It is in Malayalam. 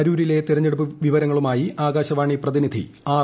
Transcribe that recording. അരൂരിലെ തെരഞ്ഞെടുപ്പ് വിവരങ്ങളുമായി ആകാശവാണി പ്രതിനിധി ആർ